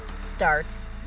starts